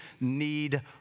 need